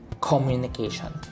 communication